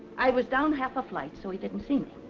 i was down half a flight, so he didn't see me